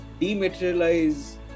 dematerialize